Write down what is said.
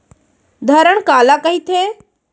धरण काला कहिथे?